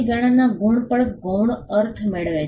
સમયગાળાના ગુણ પણ ગૌણ અર્થ મેળવે છે